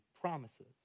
promises